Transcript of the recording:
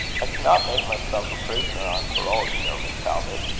i cannot make myself a prisoner on parole, you know, miss talbot.